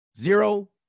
zero